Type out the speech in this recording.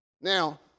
Now